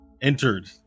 entered